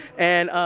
and. ah